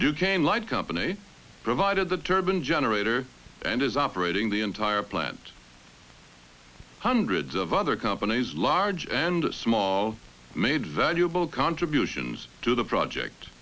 duquesne light company provided the turban generator and is operating the entire plant hundreds of other companies large and small made valuable contributions to the project